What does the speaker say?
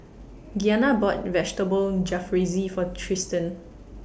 Gianna bought Vegetable Jalfrezi For Tristin